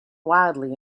wildly